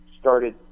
started